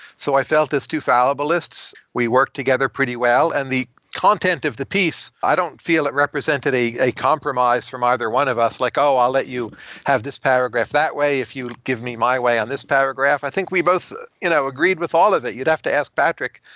so i felt this two fallibalists. we work together pretty well, and the content of the piece, i don't feel it represented a compromise from either one of us, like, oh! i'll let you have this paragraph that way if you give me my way on this paragraph. i think we both you know agreed with all of it. you'd have to ask patrick.